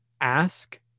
Ask